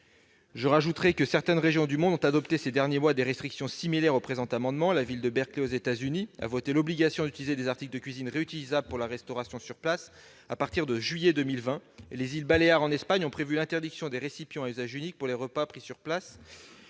d'emballages. Certaines régions du monde ont adopté ces derniers mois des restrictions similaires à celle que tend à prévoir le présent amendement : la ville de Berkeley aux États-Unis a voté l'obligation d'utiliser des articles de cuisine réutilisables pour la restauration sur place à partir de juillet 2020 ; les îles Baléares en Espagne ont prévu l'interdiction des récipients à usage unique pour les repas pris sur place